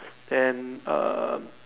and um